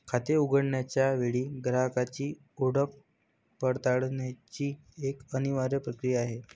खाते उघडण्याच्या वेळी ग्राहकाची ओळख पडताळण्याची एक अनिवार्य प्रक्रिया आहे